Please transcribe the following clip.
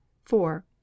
four